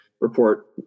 report